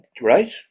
right